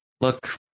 look